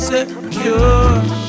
Secure